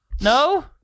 No